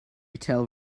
tell